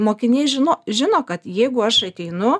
mokiniai žino žino kad jeigu aš ateinu